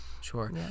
sure